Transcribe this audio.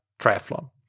triathlon